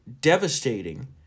devastating